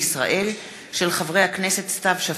של חברי הכנסת סתיו שפיר,